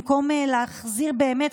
במקום להחזיר באמת,